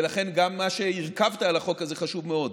ולכן גם מה שהרכבת על החוק הזה חשוב מאוד.